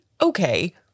okay –